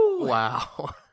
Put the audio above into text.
wow